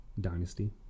dynasty